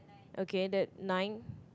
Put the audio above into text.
okay that nine